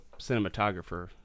cinematographer